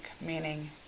meaning